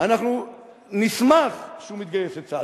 אנחנו נשמח שהוא מתגייס לצה"ל.